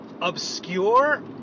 obscure